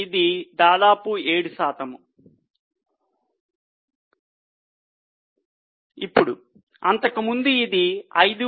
ఇది దాదాపు 7 శాతం ఇప్పుడు అంతకుముందు ఇది 5